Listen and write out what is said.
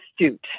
astute